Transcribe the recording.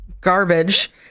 garbage